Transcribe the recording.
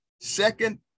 Second